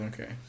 Okay